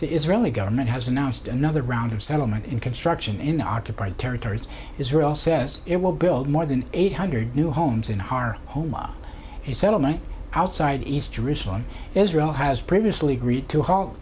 the israeli government has announced another round of settlement construction in the occupied territories israel says it will build more than eight hundred new homes in hard homa he settlement outside east jerusalem israel has previously agreed to halt